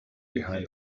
behind